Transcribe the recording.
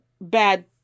bad